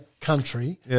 country